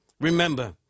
Remember